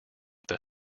that